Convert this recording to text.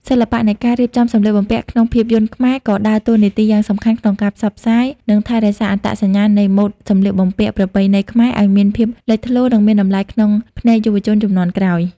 សិល្បៈនៃការរៀបចំសម្លៀកបំពាក់ក្នុងភាពយន្តខ្មែរ ក៏ដើរតួនាទីយ៉ាងសំខាន់ក្នុងការផ្សព្វផ្សាយ និងថែរក្សាអត្តសញ្ញាណនៃម៉ូដសម្លៀកបំពាក់ប្រពៃណីខ្មែរឱ្យមានភាពលេចធ្លោ និងមានតម្លៃក្នុងភ្នែកយុវជនជំនាន់ក្រោយ។